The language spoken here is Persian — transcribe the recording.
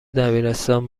دبیرستان